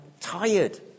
tired